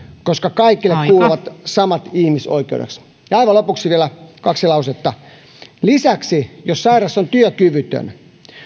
koska kaikille kuuluvat samat ihmisoikeudet ja aivan lopuksi vielä kaksi lausetta jos sairas on lisäksi työkyvytön